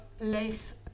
lace